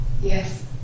Yes